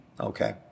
Okay